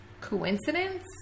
Coincidence